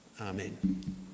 Amen